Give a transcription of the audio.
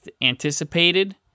anticipated